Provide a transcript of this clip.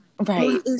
Right